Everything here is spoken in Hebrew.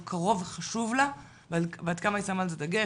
הוא קרוב וחשוב לה ועד כמה היא שמה על זה דגש,